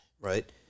Right